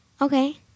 Okay